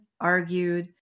argued